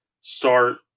start